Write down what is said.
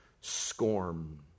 scorn